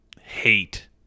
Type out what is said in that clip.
hate